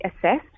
assessed